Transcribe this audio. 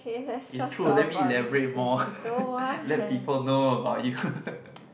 it's true let me elaborate more let people know about you